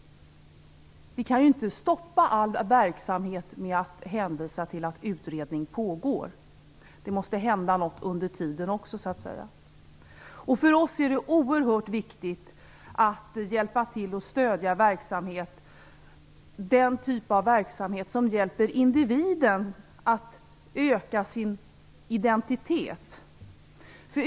Vi kan inte stoppa all verksamhet med att hänvisa till att utredning pågår. Det måste hända något under tiden. För oss är det oerhört viktigt att stödja den typ av verksamhet hjälper individen att stärka sin identitet.